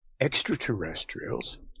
extraterrestrials